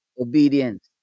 obedience